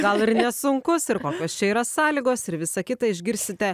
gal ir nesunkus ir kokios čia yra sąlygos ir visa kita išgirsite